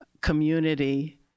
community